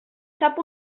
sap